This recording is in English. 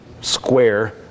square